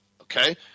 Okay